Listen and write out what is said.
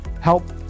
help